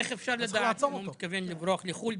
איך אפשר לדעת אם הוא מתכוון לברוח לחו"ל?